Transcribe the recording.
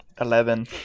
eleven